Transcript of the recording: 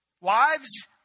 Wives